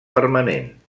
permanent